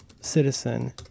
citizen